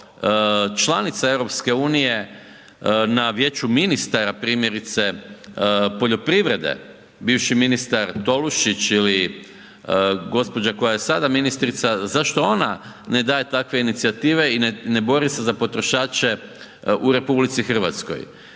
članica EU na Vijeću ministara primjerice poljoprivrede, bivši ministar Tolušić ili gospođa koja je sada ministrica zašto ona ne daje takve inicijative i ne bori se za potrošače u RH. I to